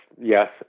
yes